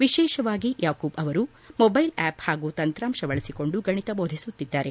ವಿಶೇಷವಾಗಿ ಯಾಕೂಬ್ ಅವರು mobile app ಹಾಗೂ ತಂತ್ರಾಂಶ ಬಳಸಿಕೊಂದು ಗಣಿತ ಬೋಧಿಸುತ್ತಿದ್ದಾರೆ